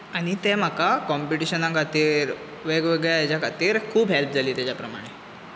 आनी तें म्हाका कॉम्पिटेशना खातीर वेग वेगळ्या हेज्या खातीर खूब हेल्प जाली तेज्या प्रमाणें